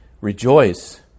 rejoice